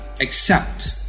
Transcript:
accept